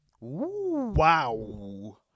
wow